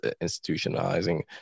institutionalizing